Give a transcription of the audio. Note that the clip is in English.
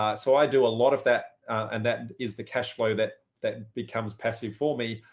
ah so i do a lot of that, and then is the cash flow that that becomes passive for me,